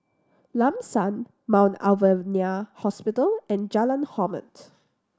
Lam San Mount Alvernia Hospital and Jalan Hormat